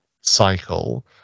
cycle